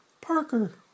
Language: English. Parker